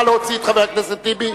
נא להוציא את חבר הכנסת טיבי.